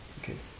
okay